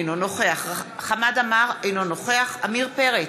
אינו נוכח חמד עמאר, אינו נוכח עמיר פרץ,